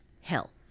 hell